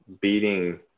beating